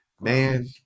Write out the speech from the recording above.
man